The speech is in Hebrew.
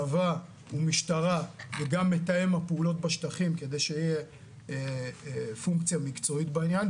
צבא ומשטרה וגם מתאם הפעולות בשטחים כדי שתהיה פונקציה מקצועית בעניין,